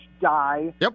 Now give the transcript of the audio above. die